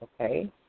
Okay